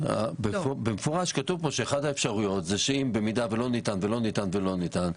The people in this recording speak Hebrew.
כתוב כאן שאחת האפשרויות היא שבמידה ולא ניתן ולא ניתן ולא ניתן,